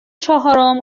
چهارم